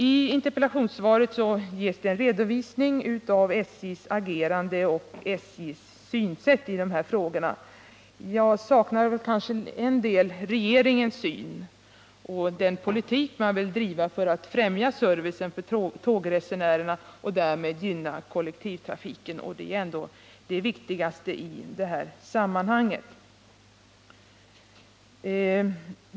I interpellationssvaret ges en redovisning av SJ:s agerande och SJ:s synsätt när det gäller dessa frågor. Jag saknar här en redovisning av regeringens syn liksom en redovisning av den politik man vill driva för att främja servicen för tågresenärerna och därmed gynna kollektivtrafiken — det är ändå det viktigaste i sammanhanget.